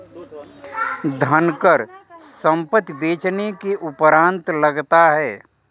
धनकर संपत्ति बेचने के उपरांत लगता है